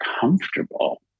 comfortable